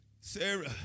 Sarah